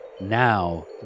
Now